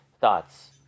thoughts